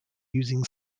using